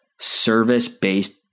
service-based